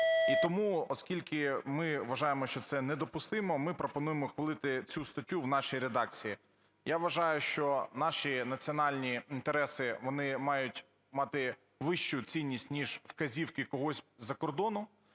тому, оскільки ми вважаємо, що це недопустимо, ми пропонуємо ухвалити цю статтю в нашій редакції. Я вважаю, що наші національні інтереси, вони мають мати вищу цінність, ніж вказівки когось з-за кордону.